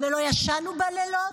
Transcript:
ולא ישנו בלילות,